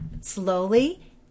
slowly